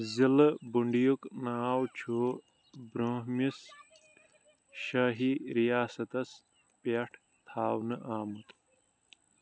ضِلٕع بُنٛڈییُک ناو چُھ بروٗنہمِس شٲہی رِیاستَس پٮ۪ٹھ تھاونہٕ آمُت